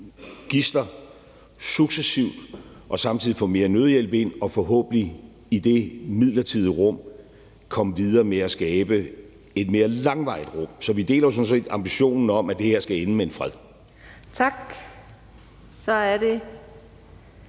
gidsler successivt og samtidig få mere nødhjælp ind og forhåbentlig i det midlertidige rum komme videre med at skabe et mere langvarigt rum. Så vi deler jo sådan set ambitionen om, at det her skal ende med en fred. Kl. 13:07